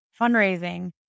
fundraising